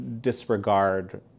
disregard